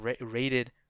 rated